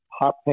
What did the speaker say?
hot